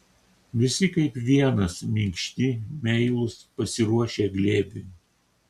visi kaip vienas minkšti meilūs pasiruošę glėbiui